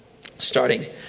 starting